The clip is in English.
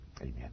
amen